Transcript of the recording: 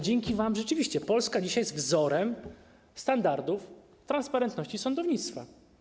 Dzięki wam rzeczywiście Polska dzisiaj jest wzorem standardów transparentności sądownictwa.